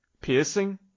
Piercing